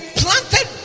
planted